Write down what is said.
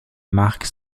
mark